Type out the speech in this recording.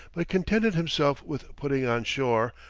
but contented himself with putting on shore,